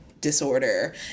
disorder